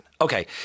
Okay